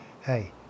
hey